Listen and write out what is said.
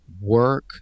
work